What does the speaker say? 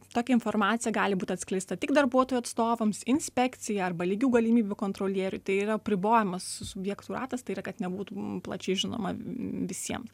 tokia informacija gali būt atskleista tik darbuotojų atstovams inspekcijai arba lygių galimybių kontrolieriui tai yra apribojamas subjektų ratas tai yra kad nebūtų plačiai žinoma visiem